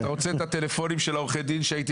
אתה רוצה את מספרי הטלפון של עורכי הדין שהייתי